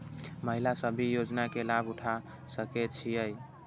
महिला सब भी योजना के लाभ उठा सके छिईय?